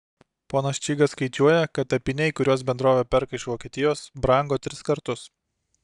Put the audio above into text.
ponas čygas skaičiuoja kad apyniai kuriuos bendrovė perka iš vokietijos brango tris kartus